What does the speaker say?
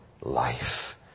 life